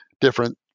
different